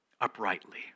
uprightly